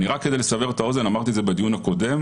רק כדי לסבר את האוזן, ואמרתי את זה בדיון הקודם: